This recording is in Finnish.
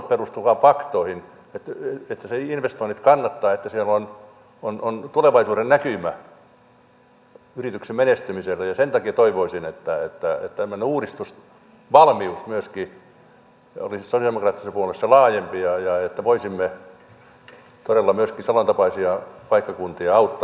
luottamus perustuu vain faktoihin että ne investoinnit kannattavat että siellä on tulevaisuudennäkymä yrityksen menestymiselle ja sen takia toivoisin että tämmöinen uudistusvalmius myöskin olisi sosialidemokraattisessa puolueessa laajempi ja että voisimme todella myöskin samantapaisia paikkakuntia auttaa